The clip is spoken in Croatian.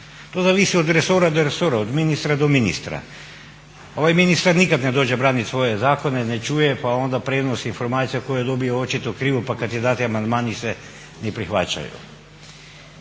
To zavisi od resora do resora, od ministra do ministra. Ovaj ministar nikad ne dođe braniti svoje zakone, ne čuje pa onda prijenos informacija koje dobije očito krivo pa kad i date amandmani se ne prihvaćaju.